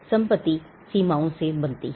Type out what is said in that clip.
संपत्ति सीमाओं से बनती है